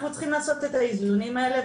אנחנו צריכים לעשות את האיזונים האלה,